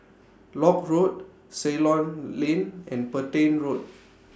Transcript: Lock Road Ceylon Lane and Petain Road